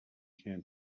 can